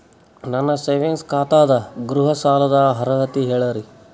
ನನ್ನ ಸೇವಿಂಗ್ಸ್ ಖಾತಾ ಅದ, ಗೃಹ ಸಾಲದ ಅರ್ಹತಿ ಹೇಳರಿ?